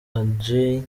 adjei